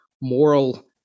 moral